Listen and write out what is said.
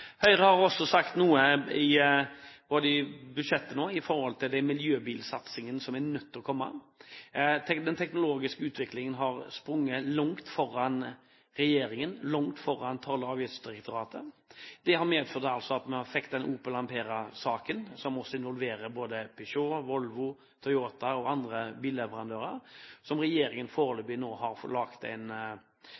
Høyre har også sagt noe i budsjettet nå om den miljøbilsatsingen som er nødt til å komme. Den teknologiske utviklingen har sprunget langt foran regjeringen, langt foran Toll- og avgiftsdirektoratet. Det har medført at man fikk den Opel Ampera-saken, som også involverer både Peugot, Volvo, Toyota og andre billeverandører, som regjeringen